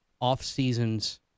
off-seasons